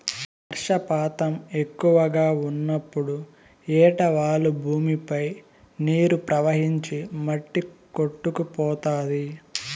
వర్షపాతం ఎక్కువగా ఉన్నప్పుడు ఏటవాలు భూమిపై నీరు ప్రవహించి మట్టి కొట్టుకుపోతాది